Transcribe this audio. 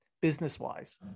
business-wise